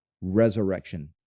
resurrection